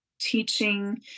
teaching